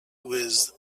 was